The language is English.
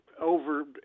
over